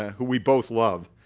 who we both love.